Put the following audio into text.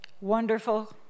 Wonderful